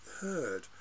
Heard